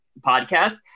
podcast